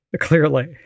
clearly